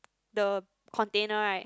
the container right